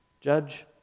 Judge